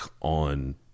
on